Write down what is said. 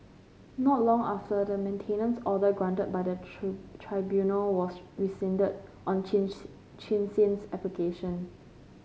not long after the maintenance order granted by the tree tribunal was rescinded on Chins Chin Sin's application